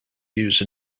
use